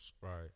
Right